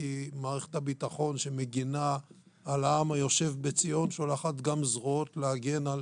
כי מערכת הביטחון שמגינה על העם היושב בציון שולחת גם זרועות להגן על